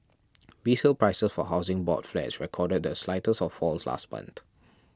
resale prices for Housing Board flats recorded the slightest of falls last month